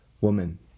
Woman